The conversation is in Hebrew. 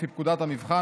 לפי פקודת המבחן,